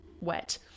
wet